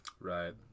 right